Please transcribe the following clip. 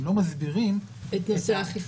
הם לא מסבירים את נושא האכיפה.